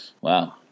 Wow